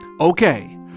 Okay